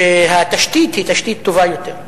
שבהם התשתית היא תשתית טובה יותר.